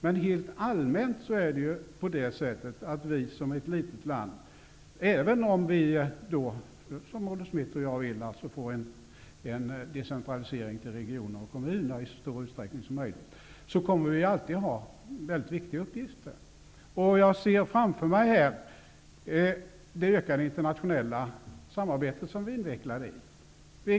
Men rent allmänt är det på det sättet att även om Sverige, som är ett litet land, får en decentralisering till regioner och kommuner i så stor utsträckning som möjligt -- och det är ju vad Olle Schmidt och jag vill ha -- kommer vi alltid att ha väldigt viktiga uppgifter. Jag ser framför mig det ökande internationella samarbete som vi är invecklade i.